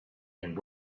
and